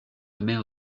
mer